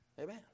Amen